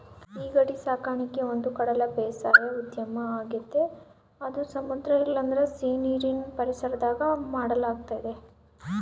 ಸೀಗಡಿ ಸಾಕಣಿಕೆ ಒಂದುಕಡಲ ಬೇಸಾಯ ಉದ್ಯಮ ಆಗೆತೆ ಅದು ಸಮುದ್ರ ಇಲ್ಲಂದ್ರ ಸೀನೀರಿನ್ ಪರಿಸರದಾಗ ಮಾಡಲಾಗ್ತತೆ